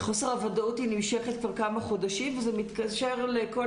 חוסר הוודאות נמשכת כבר כמה חודשים וזה מתקשר לכל